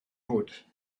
would